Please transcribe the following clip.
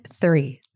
three